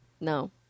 No